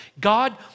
God